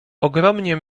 ogromnie